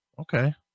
okay